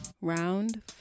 Round